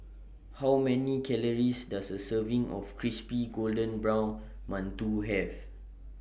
How Many Calories Does A Serving of Crispy Golden Brown mantou Have